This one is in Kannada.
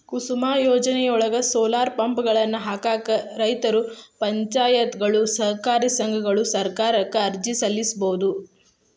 ಕುಸುಮ್ ಯೋಜನೆಯೊಳಗ, ಸೋಲಾರ್ ಪಂಪ್ಗಳನ್ನ ಹಾಕಾಕ ರೈತರು, ಪಂಚಾಯತ್ಗಳು, ಸಹಕಾರಿ ಸಂಘಗಳು ಸರ್ಕಾರಕ್ಕ ಅರ್ಜಿ ಸಲ್ಲಿಸಬೋದು